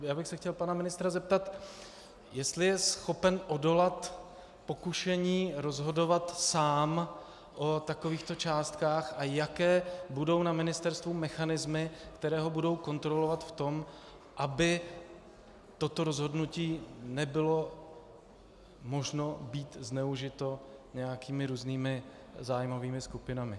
Já bych se chtěl pana ministra zeptat, jestli je schopen odolat pokušení rozhodovat sám o takovýchto částkách a jaké budou na ministerstvu mechanismy, které ho budou kontrolovat v tom, aby toto rozhodnutí nebylo možno zneužít různými zájmovými skupinami.